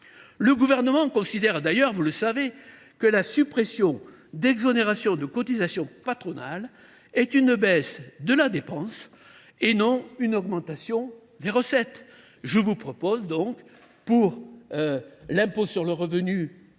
Le Gouvernement considère d’ailleurs, comme vous le savez, que la suppression d’exonérations de cotisations patronales est une baisse de la dépense et non une augmentation des recettes. Aussi ma proposition consiste t elle